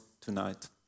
tonight